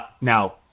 now